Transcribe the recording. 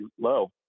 low